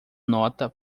nota